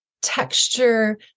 texture